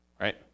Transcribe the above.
Right